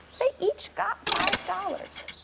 they each got five dollars.